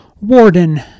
Warden